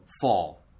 fall